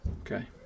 Okay